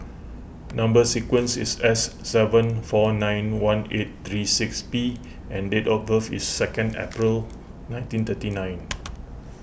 Number Sequence is S seven four nine one eight three six P and date of birth is second April nineteen thirty nine